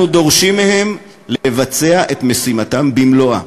אנחנו דורשים מהם לבצע את משימתם במלואה,